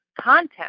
content